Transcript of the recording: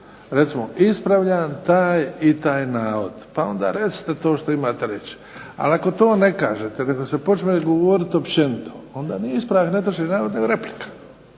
Recimo ispravljam taj i taj navod, pa onda recite to što imate reći. Ali ako to ne kažete, nego se počne govoriti općenito, onda nije ispravak netočnog navoda nego replika.